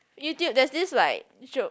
YouTube there's this like joke